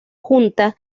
junta